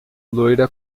loira